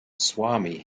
swami